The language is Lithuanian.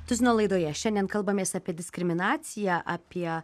tuzino laidoje šiandien kalbamės apie diskriminaciją apie